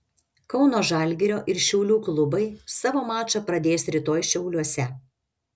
kauno žalgirio ir šiaulių klubai savo mačą pradės rytoj šiauliuose